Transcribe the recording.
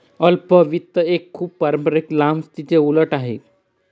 अल्प वित्त एक खूप पारंपारिक लांब स्थितीच्या उलट आहे